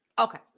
Okay